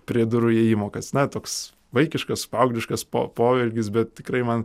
prie durų įėjimo kas ne toks vaikiškas paaugliškas po poelgis bet tikrai man